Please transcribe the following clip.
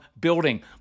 building